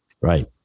right